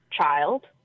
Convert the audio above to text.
child